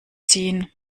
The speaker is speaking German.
ziehen